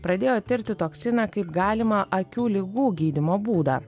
pradėjo tirti toksiną kaip galimą akių ligų gydymo būdą